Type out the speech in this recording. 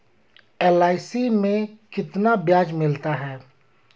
LIC में कितना ब्याज मिलता है?